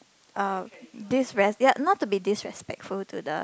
um disrespect~ ya not to be disrespectful to the